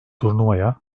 turnuvaya